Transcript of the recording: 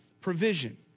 provision